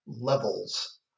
Levels